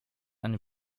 eine